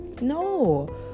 No